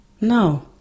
No